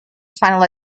final